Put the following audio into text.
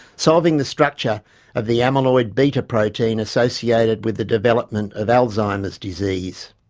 solving the structure of the amyloid beta protein associated with the development of alzheimer's disease,